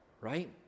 right